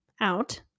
out